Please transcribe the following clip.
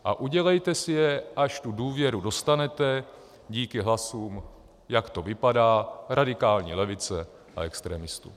A udělejte si je, až tu důvěru dostanete díky hlasům, jak to vypadá, radikální levice a extremistů.